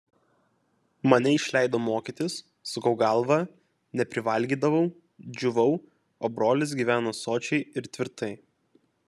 mane išleido mokytis sukau galvą neprivalgydavau džiūvau o brolis gyveno sočiai ir tvirtai